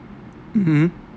mmhmm